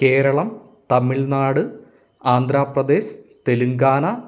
Keralam Tamil Nadu Andhra Pradesh Telangana